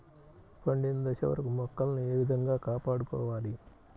పండిన దశ వరకు మొక్కలను ఏ విధంగా కాపాడుకోవాలి?